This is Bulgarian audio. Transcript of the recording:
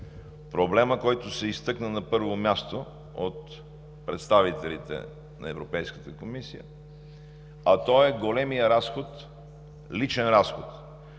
проблемът, който се изтъкна на първо място от представителите на Европейската комисия, е големият личен разход.